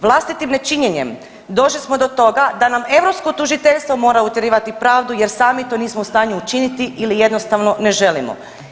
Vlastitim nečinjenjem došli smo do toga da nam europsko tužiteljstvo mora utjerivati pravdu jer sami to nismo u stanju učiniti ili jednostavno ne želimo.